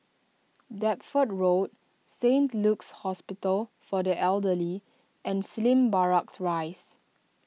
Deptford Road Saint Luke's Hospital for the Elderly and Slim Barracks Rise